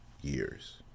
years